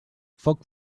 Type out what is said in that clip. foc